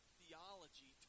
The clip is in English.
theology